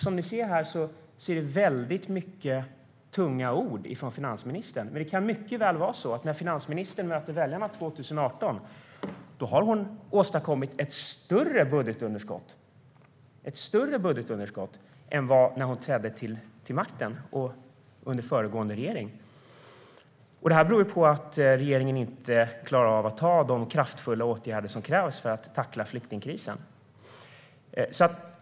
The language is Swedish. Som ni hör är det många tunga ord från finansministern, men det kan mycket väl vara så att när finansministern möter väljarna 2018 har hon åstadkommit ett större budgetunderskott än det som var när hon trädde till makten och under föregående regering. Det beror på att regeringen inte klarar av att vidta de kraftfulla åtgärder som krävs för att tackla flyktingkrisen.